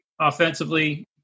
offensively